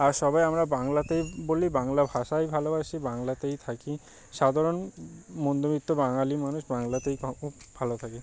আর সবাই আমরা বাংলাতেই বলি বাংলা ভাষাই ভালোবাসি বাংলাতেই থাকি সাধারণ মধ্যবিত্ত বাঙালি মানুষ বাংলাতেই ভালো থাকি